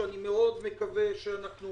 שאני מקווה מאוד שאנחנו